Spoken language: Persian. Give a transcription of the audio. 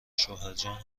شوهرجان